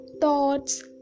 thoughts